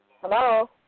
Hello